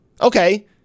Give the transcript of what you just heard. okay